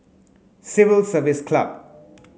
Civil Service Club